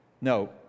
No